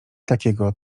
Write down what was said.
takiego